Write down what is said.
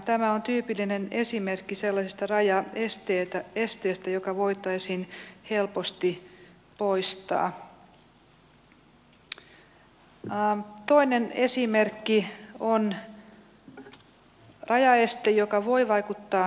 den redan betalda panten blir kvar i inköpslandet och returburken blir avfall i ett annat land om man tar den med sig